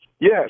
Yes